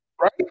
right